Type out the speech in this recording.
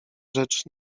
rzecz